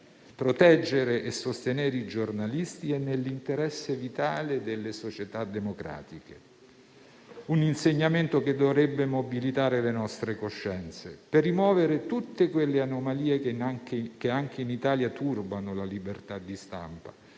«Proteggere e sostenere i giornalisti è nell'interesse vitale delle società democratiche»: un insegnamento che dovrebbe mobilitare le nostre coscienze per rimuovere tutte quelle anomalie che anche in Italia turbano la libertà di stampa,